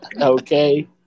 Okay